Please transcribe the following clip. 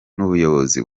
n’ubuyobozi